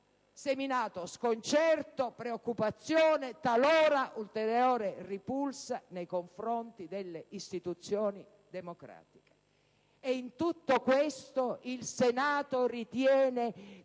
seminato sconcerto, preoccupazione, talora ulteriore ripulsa nei confronti delle istituzioni democratiche. E in tutto questo il Senato ritiene di